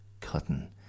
cutting